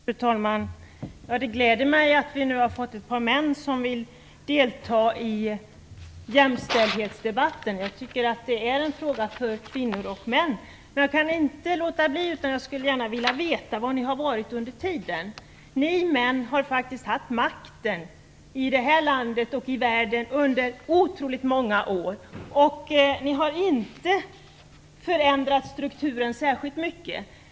Fru talman! Det glädjer mig att vi nu har fått ett par män som vill delta i jämställdhetsdebatten. Jag tycker att det är en fråga för kvinnor och för män. Jag kan dock inte låta bli att fråga var ni har varit under tiden. Ni män har faktiskt haft makten i det här landet och i världen i övrigt under otroligt många år. Ni har inte förändrat strukturen särskilt mycket.